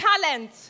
talent